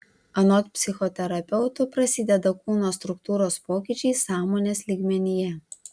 anot psichoterapeutų prasideda kūno struktūros pokyčiai sąmonės lygmenyje